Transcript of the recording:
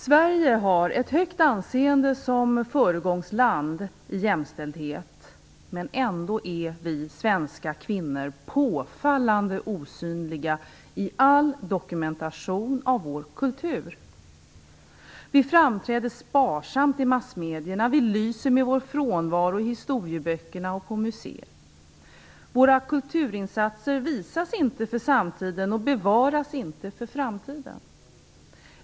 Sverige har ett högt anseende som föregångsland i jämställdhet, men ändå är vi svenska kvinnor påfallande osynliga i all dokumentation av vår kultur. Vi framträder sparsamt i massmedierna, och vi lyser med vår frånvaro i historieböckerna och på museer. Våra kulturinsatser visas inte för samtiden och bevaras inte för framtiden.